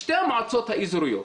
שתי המועצות האזוריות,